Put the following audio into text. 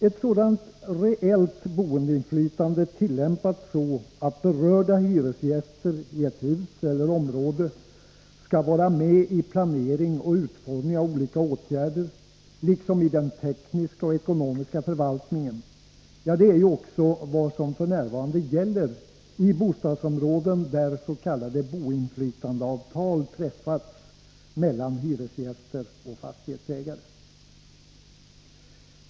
Ett sådant reellt boendeinflytande, tillämpat så, att berörda hyresgäster i ett hus eller ett område skall vara med i planering och utformning av olika åtgärder, liksom i den tekniska och ekonomiska förvaltningen, är ju också vad som f. n. gäller i bostadsområden där s.k. boendeinflytandeavtal träffats mellan hyresgäster och fastighetsägare.